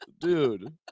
dude